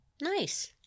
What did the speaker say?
Nice